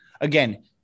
again